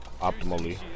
optimally